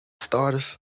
Starters